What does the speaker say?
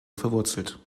verwurzelt